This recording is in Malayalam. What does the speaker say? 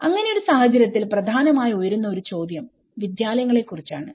അങ്ങനെയൊരു സാഹചര്യത്തിൽ പ്രധാനമായും ഉയരുന്ന ഒരു ചോദ്യം വിദ്യാലയങ്ങളെ കുറിച്ചാണ്